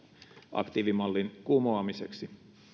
aktiivimallin kumoamiseksi